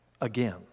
again